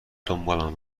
دنبالم